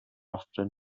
often